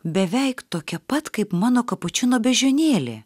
beveik tokia pat kaip mano kapučino beždžionėlė